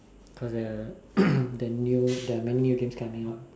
for the the new the many new games coming up